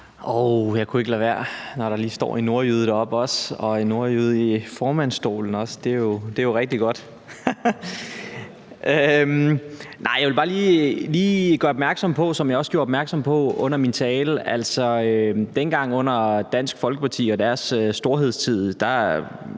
Jeg kunne ikke lade være, når der også er en nordjyde deroppe på talerstolen og også en nordjyde i formandsstolen – det er jo rigtig godt! Jeg vil bare lige gøre opmærksom på, som jeg også gjorde i min tale, at dengang i Dansk Folkepartis storhedstid